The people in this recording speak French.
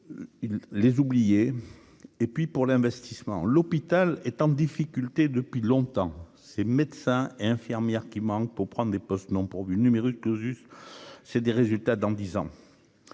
il les oublier et puis pour l'investissement, l'hôpital est en difficulté depuis longtemps ces médecins et infirmières qui manquent pour prendre des postes non pourvus numerus clausus, c'est des résultats dans 10 ans